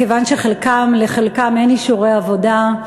כיוון שלחלקם אין אישורי עבודה,